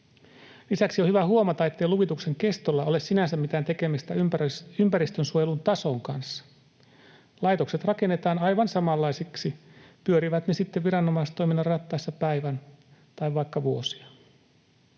Lisäksi on hyvä huomata, ettei luvituksen kestolla ole sinänsä mitään tekemistä ympäristönsuojelun tason kanssa. Laitokset rakennetaan aivan samanlaiseksi, pyörivät ne viranomaistoiminnan rattaissa sitten päivän tai vaikka vuosia.